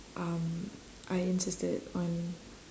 um I insisted on